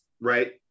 right